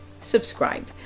subscribe